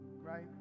Right